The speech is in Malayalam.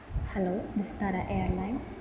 hello Vistara airlines